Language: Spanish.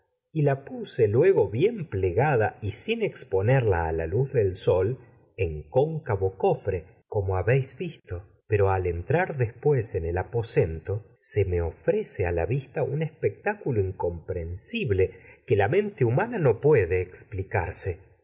y la puse luego bien plegada cóncavo en y sin expo habéis se me la luz del sol en cofre el como visto ofrece mente pero al entrar después aposento a la vista un espectáculo incomprensible pues y que la humana no puede explicarse